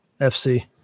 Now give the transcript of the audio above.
fc